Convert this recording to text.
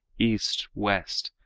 east, west,